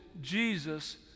Jesus